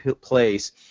place